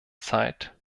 zeit